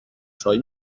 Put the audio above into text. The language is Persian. چای